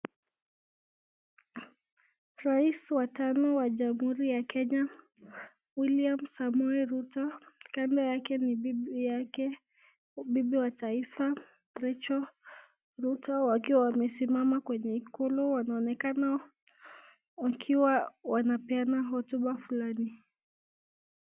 Rais wa tano wa jamhuri ya Kenya William Samoei Ruto, kando yake ni bibi wa taifa Recho Ruto wakiwa wamesimama kwenye ikulu wanaonekana wakiwa wanapeana hotuba fulani.